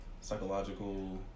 psychological